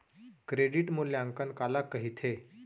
Credit मूल्यांकन काला कहिथे?